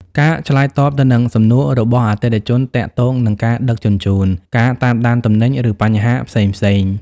ការឆ្លើយតបទៅនឹងសំណួររបស់អតិថិជនទាក់ទងនឹងការដឹកជញ្ជូន ការតាមដានទំនិញ ឬបញ្ហាផ្សេងៗ។